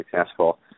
successful